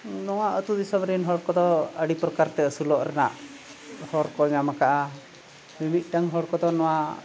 ᱱᱚᱣᱟ ᱟᱛᱳ ᱫᱤᱥᱚᱢ ᱨᱮᱱ ᱦᱚᱲ ᱠᱚᱫᱚ ᱟᱹᱰᱤ ᱯᱨᱚᱠᱟᱨ ᱛᱮ ᱟᱹᱥᱩᱞᱚᱜ ᱨᱮᱱᱟᱜ ᱦᱚᱨ ᱠᱚ ᱧᱟᱢ ᱠᱟᱜᱼᱟ ᱢᱤᱫᱴᱟᱝ ᱦᱚᱲ ᱠᱚᱫᱚ ᱱᱚᱣᱟ